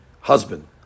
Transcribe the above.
husband